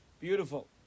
Beautiful